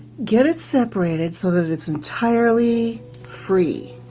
get it separated so that it's entirely free.